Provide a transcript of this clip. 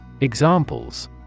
Examples